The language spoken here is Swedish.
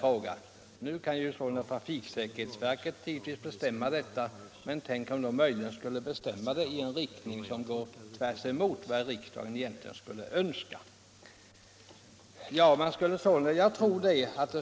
Nu kan givetvis trafiksäkerhetsverket besluta i frågan, men tänk om det beslutet skulle gå tvärsemot vad riksdagen skulle önska!